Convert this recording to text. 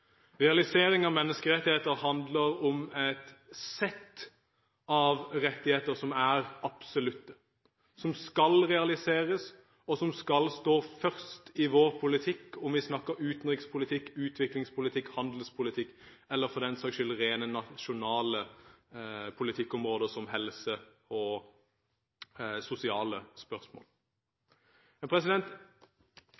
Realisering av menneskerettigheter handler om et sett av rettigheter som er absolutte, som skal realiseres, og som skal stå først i vår politikk om vi snakker utenrikspolitikk, utviklingspolitikk, handelspolitikk, eller for den saks skyld rene nasjonale politikkområder som helse og sosiale spørsmål.